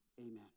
Amen